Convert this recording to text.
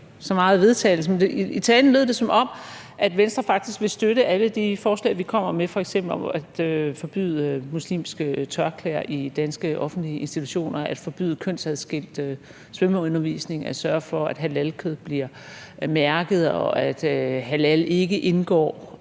vedtagelse – som om Venstre faktisk vil støtte alle de forslag, vi kommer med, f.eks. om at forbyde muslimske tørklæder i danske offentlige institutioner, at forbyde kønsadskilt svømmeundervisning, at sørge for, at halalkød bliver mærket, at halalkød ikke indgår